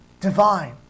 divine